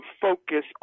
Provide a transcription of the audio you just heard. focus